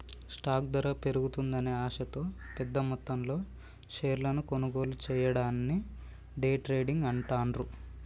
stock ధర పెరుగుతుందనే ఆశతో పెద్దమొత్తంలో షేర్లను కొనుగోలు చెయ్యడాన్ని డే ట్రేడింగ్ అంటాండ్రు